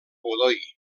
godoy